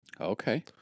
Okay